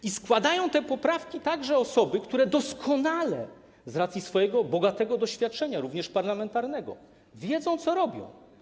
I składają te poprawki także osoby, które doskonale z racji swojego bogatego doświadczenia, również parlamentarnego, wiedzą, co robią.